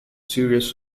serious